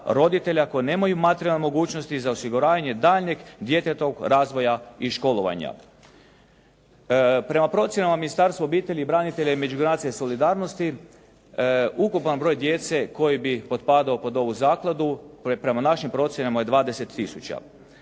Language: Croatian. koja nemaju materijalne mogućnosti za osiguranje daljnjeg djetetovog razvoja i školovanja. Prema procjenama Ministarstva obitelji, branitelja i međugeneracijske solidarnosti ukupan broj djece koji bi potpadao pod ovu zakladu to je prema našim procjenama je 20000.